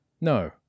No